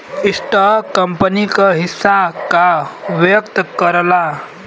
stock company क हिस्सा का व्यक्त करला